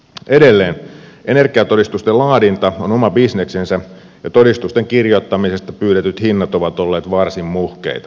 edelleen energiatodistusten laadinta on oma bisneksensä ja todistusten kirjoittamisesta pyydetyt hinnat ovat olleet varsin muhkeita